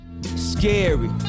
scary